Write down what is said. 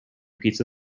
pizza